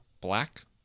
black